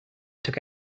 took